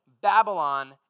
Babylon